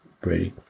Brady